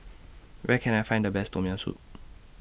Where Can I Find The Best Tom Yam Soup